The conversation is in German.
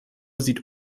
sieht